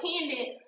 dependent